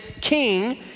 king